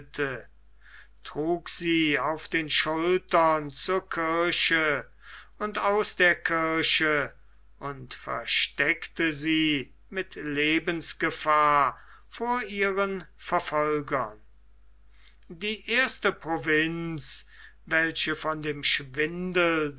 trug sie auf den schultern zur kirche und aus der kirche und versteckte sie mit lebensgefahr vor ihren verfolgern die erste provinz welche von dem schwindel